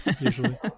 usually